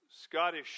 Scottish